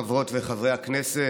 חברות וחברי הכנסת,